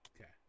okay